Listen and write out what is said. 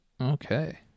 Okay